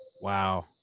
Wow